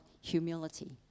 humility